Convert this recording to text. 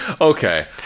okay